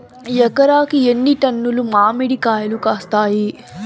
ఎకరాకి ఎన్ని టన్నులు మామిడి కాయలు కాస్తాయి?